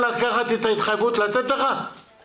הכרזה על הסמכת שירות הביטחון הכללי לבצע פעולות